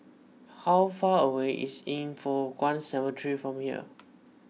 how far away is Yin Foh Kuan Cemetery from here